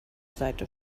seite